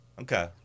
Okay